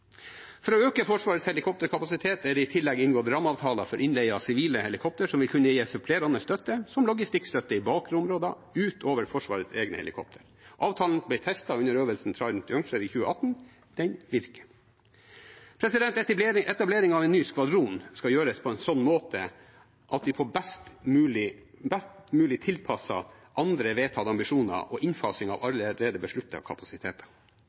For å øke Forsvarets helikopterkapasitet er det i tillegg inngått rammeavtaler for innleie av sivile helikoptre, som vil kunne gi supplerende støtte, som logistikkstøtte i bakre områder, utover Forsvarets egne helikoptre. Avtalen ble testet under øvelse Trident Juncture i 2018. Den virker. Etableringen av en ny skvadron skal gjøres på en slik måte at vi får best mulig tilpasset andre vedtatte ambisjoner og innfasing av allerede besluttede kapasiteter.